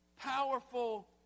powerful